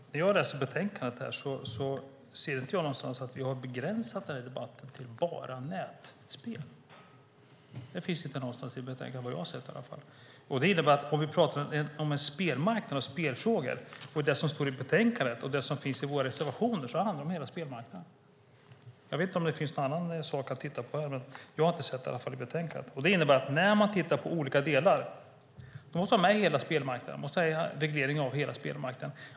Herr talman! När jag läser betänkandet ser jag ingenstans att vi har begränsat debatten till att bara gälla nätspel. Det står ingenstans i betänkandet vad jag sett i alla fall. Vi talar om en spelmarknad och om spelfrågor, och det som står i betänkandet och finns i vår reservation handlar om hela spelmarknaden. Jag vet inte om det finns något annat att titta på, men jag har i alla fall inte sett något annat i betänkandet. När man tittar på olika delar måste man ha med regleringen av hela spelmarknaden.